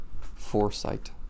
foresight